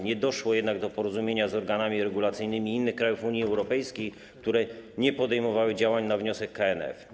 Nie doszło jednak do porozumienia z organami regulacyjnymi innych krajów Unii Europejskiej, które nie podejmowały działań na wniosek KNF.